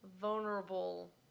vulnerable